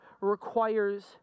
requires